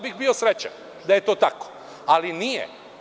Bio bih srećan da je to tako, ali nije.